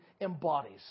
embodies